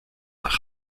nach